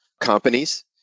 companies